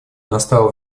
настало